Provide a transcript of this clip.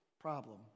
problem